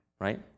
Right